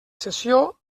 sessió